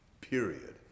Period